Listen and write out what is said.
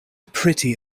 pretty